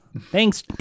Thanks